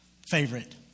favorite